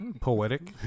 Poetic